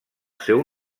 seu